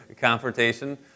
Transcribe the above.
confrontation